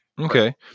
Okay